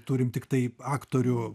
turim tiktai aktorių